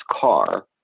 car